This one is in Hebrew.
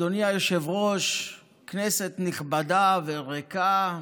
אדוני היושב-ראש, כנסת נכבדה וריקה,